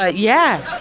ah yeah!